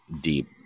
deep